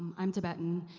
um i'm tibetan,